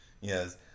Yes